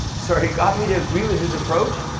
sorry, got me to agree with his approach,